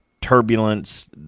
turbulence